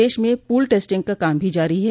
प्रदेश में pool testing का काम भी जारी है